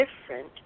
different